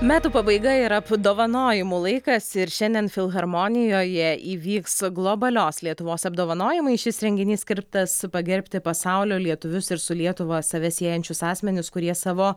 metų pabaiga yra apdovanojimų laikas ir šiandien filharmonijoje įvyks globalios lietuvos apdovanojimai šis renginys skirtas pagerbti pasaulio lietuvius ir su lietuva save siejančius asmenis kurie savo